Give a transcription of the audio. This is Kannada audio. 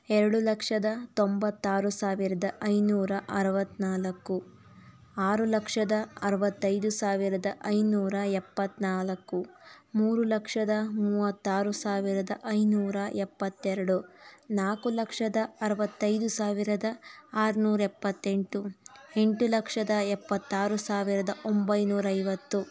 ಎರಡು ಲಕ್ಷದ ತೊಂಬತ್ತಾರು ಸಾವಿರದ ಐನೂರ ಅರವತ್ತ್ನಾಲ್ಕು ಆರು ಲಕ್ಷದ ಅರವತ್ತೈದು ಸಾವಿರದ ಐನೂರ ಎಪ್ಪತ್ತ್ನಾಲ್ಕು ಮೂರು ಲಕ್ಷದ ಮೂವತ್ತಾರು ಸಾವಿರದ ಐನೂರ ಎಪ್ಪತ್ತೆರಡು ನಾಲ್ಕು ಲಕ್ಷದ ಅರವತ್ತೈದು ಸಾವಿರದ ಆರುನೂರ ಎಪ್ಪತ್ತೆಂಟು ಎಂಟು ಲಕ್ಷದ ಎಪ್ಪತ್ತಾರು ಸಾವಿರದ ಒಂಬೈನೂರ ಐವತ್ತು